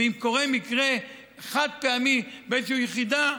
ואם קורה מקרה חד-פעמי באיזושהי יחידה,